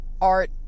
art